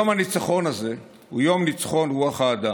יום הניצחון הזה הוא יום ניצחון רוח האדם.